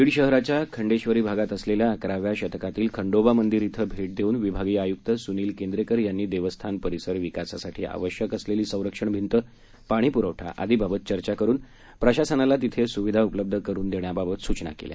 बीड शहराच्या खंडेश्वरी भागात असलेल्या अकराव्या शतकातील खंडेबा मंदिर येथे भेट देऊन विभागीय आयुक्त सुनील केंद्रेकर यांनी देवस्थान परिसर विकासासाठी आवश्यक असलेली संरक्षण भिंत पाणीपूरवठा आदी बाबत चर्चा करून प्रशासनास येथे सुविधा उपलब्ध करून देण्याबाबत सूचना दिल्या